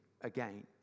again